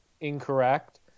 incorrect